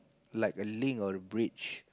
like a link or a bridge